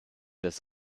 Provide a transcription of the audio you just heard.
des